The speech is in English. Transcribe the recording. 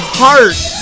heart